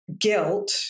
guilt